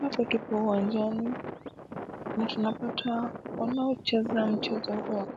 Hapa tupo uwanjani, na tunapata wanaocheza mchezo huu wa